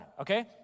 Okay